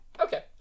Okay